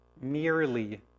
merely